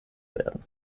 werden